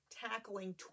tackling